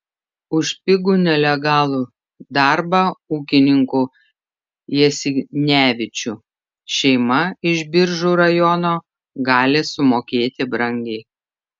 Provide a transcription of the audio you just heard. už pigų nelegalų darbą ūkininkų jasinevičių šeima iš biržų rajono gali sumokėti brangiai